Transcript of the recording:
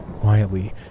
Quietly